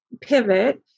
pivot